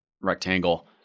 rectangle